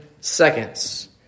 seconds